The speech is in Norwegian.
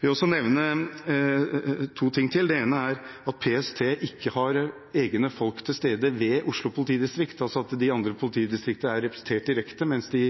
vil også nevne to ting til. Det ene er at PST ikke har egne folk til stede ved Oslo politidistrikt. I de andre politidistriktene er de representert direkte, mens de